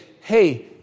hey